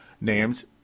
names